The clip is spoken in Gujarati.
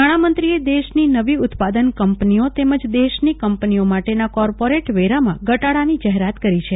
નાણામંત્રીએ દેશની નવી ઉત્પાદન કંપનીઓ તેમજ દેશની કંપનીઓ માટેના કોર્પોરેટ વેરામાં ધટાડાની જાહેરાત કરી છે